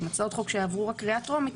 עם הצעות חוק שעברו רק קריאה טרומית,